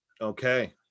Okay